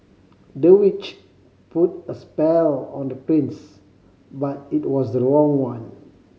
the witch put a spell on the prince but it was the wrong one